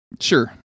Sure